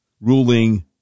ruling